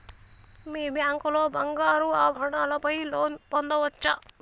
మీ bank లో బంగారు ఆభరణాల పై లోన్ పొందచ్చా?